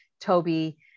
Toby